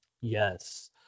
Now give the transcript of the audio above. yes